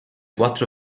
quattro